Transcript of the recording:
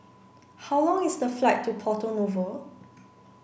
how long is the flight to Porto Novo